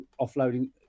offloading